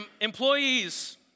employees